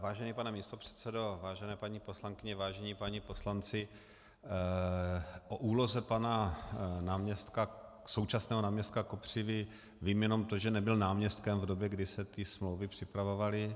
Vážený pane místopředsedo, vážené paní poslankyně, vážení páni poslanci, o úloze současného náměstka Kopřivy vím jenom to, že nebyl náměstkem v době, kdy se ty smlouvy připravovaly.